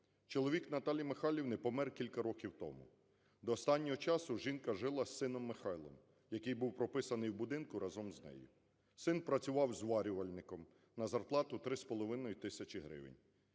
Чоловік Наталі Михайлівни помер кілька років тому. До останнього часу жінка жила з сином Михайлом, який був прописаний в будинку разом з нею. Син працював зварювальником на зарплату 3,5 тисячі гривень.